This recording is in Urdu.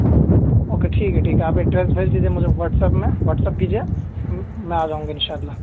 اوکے ٹھیک ہے ٹھیک ہے آپ ایڈریس بھیج دیجیے مجھے واٹس اپ میں واٹس اپ کیجیے میں آ جاؤں گا ان شاء اللہ